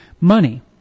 money